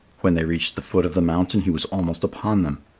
when they reached the foot of the mountain, he was almost upon them.